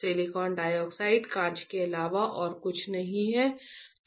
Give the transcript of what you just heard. silicon dioxide कांच के अलावा और कुछ नहीं है